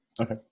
Okay